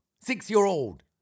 six-year-old